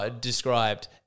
described